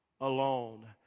alone